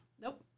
Nope